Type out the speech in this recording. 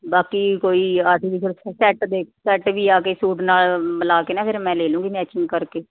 ਬਾਕੀ ਕੋਈ artificial set ਦੇ ਸੈੱਟ ਵੀ ਆ ਕੇ ਸੂਟ ਨਾਲ ਮਿਲਾ ਕੇ ਨਾ ਫਿਰ ਮੈਂ ਲੈ ਲੂੰਗੀ ਮੈਚਿੰਗ ਕਰਕੇ